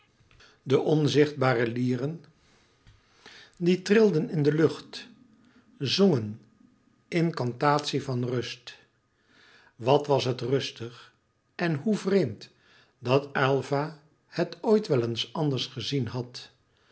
de onzichtbare lieren die trilden in de lucht zongen incantatie van rust wat was het rustig en hoe vreemd dat aylva het ooit wel anders gezien had